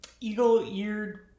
eagle-eared